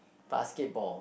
basketball